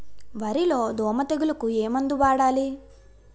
వరిలో దోమ తెగులుకు ఏమందు వాడాలి?